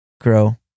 grow